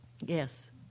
Yes